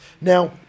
Now